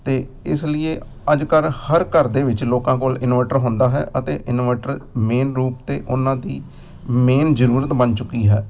ਅਤੇ ਇਸ ਲਈਏ ਅੱਜ ਕੱਲ੍ਹ ਹਰ ਘਰ ਦੇ ਵਿੱਚ ਲੋਕਾਂ ਕੋਲ ਇਨਵਰਟਰ ਹੁੰਦਾ ਹੈ ਅਤੇ ਇਨਵਰਟਰ ਮੇਨ ਰੂਪ 'ਤੇ ਉਹਨਾਂ ਦੀ ਮੇਨ ਜ਼ਰੂਰਤ ਬਣ ਚੁੱਕੀ ਹੈ